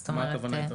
מה זאת אומרת התערבתם?